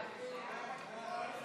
הצעת סיעת יש